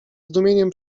zdumieniem